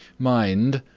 mind,